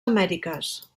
amèriques